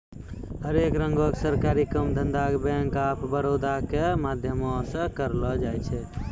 हरेक रंगो के सरकारी काम धंधा के बैंक आफ बड़ौदा के माध्यमो से करलो जाय छै